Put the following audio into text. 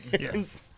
Yes